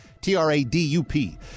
T-R-A-D-U-P